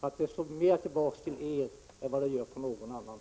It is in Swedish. Det här slår tillbaka hårdare mot er än mot någon annan.